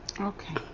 Okay